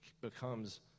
becomes